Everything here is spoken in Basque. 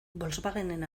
volkswagenen